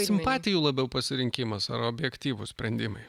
simpatijų labiau pasirinkimas ar objektyvūs sprendimai